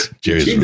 Jerry's